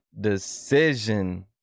decision